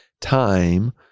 time